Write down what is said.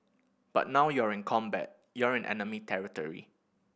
but now you're in combat you're in enemy territory